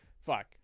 fuck